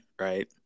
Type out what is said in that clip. right